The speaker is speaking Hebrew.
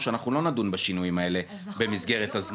שאנחנו לא נדון בשינויים האלה במסגרת הזמנים.